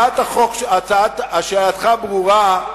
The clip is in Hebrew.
שאלתך ברורה,